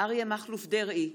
אריה מכלוף דרעי,